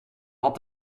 had